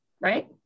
right